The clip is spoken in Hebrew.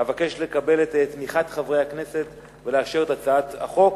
אבקש לקבל את תמיכת חברי הכנסת ולאשר את הצעת החוק.